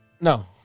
No